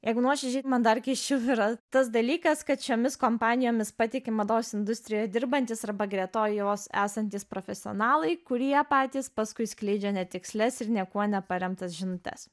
jeigu nuoširdžiai man dar keisčiau yra tas dalykas kad šiomis kompanijomis patiki mados industrijoje dirbantys arba greta jos esantys profesionalai kurie patys paskui skleidžia netikslias ir niekuo neparemtas žinutes